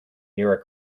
near